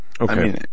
Okay